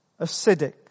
Acidic